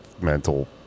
mental